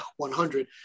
100